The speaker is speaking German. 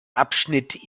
abschnitt